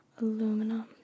aluminum